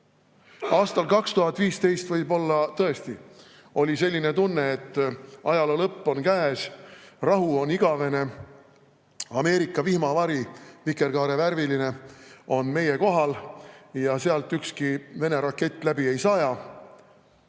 Aastal 2015 võib-olla tõesti oli selline tunne, et ajaloo lõpp on käes, rahu on igavene, Ameerika vihmavari, vikerkaarevärviline, on meie kohal ja sealt ükski Vene rakett läbi ei saja.